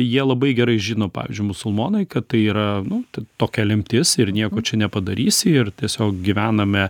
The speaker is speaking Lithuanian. jie labai gerai žino pavyzdžiui musulmonai kad tai yra nu tokia lemtis ir nieko čia nepadarysi ir tiesiog gyvename